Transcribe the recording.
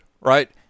right